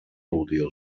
útil